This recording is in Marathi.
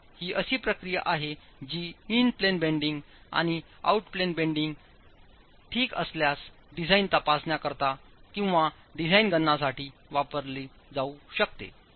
तर ही अशी प्रक्रिया आहे जीइन प्लेन बेंडिंग आणिआऊट प्लेन बेंडिंग ठीकअसल्यास डिझाइन तपासण्या करता किंवा डिझाइन गणनासाठी वापरली जाऊ शकते